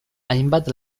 hainbat